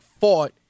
fought